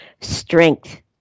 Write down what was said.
strength